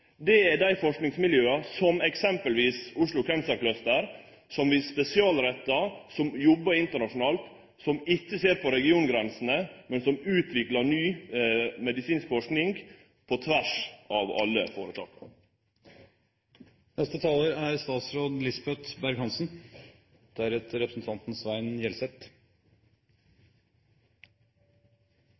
Det er dei forskingsmiljøa – som eksempelvis Oslo Cancer Cluster – som er spesialretta, som jobbar internasjonalt, som ikkje ser på regiongrensene, men som utviklar ny medisinsk forsking på tvers av alle